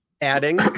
adding